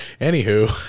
anywho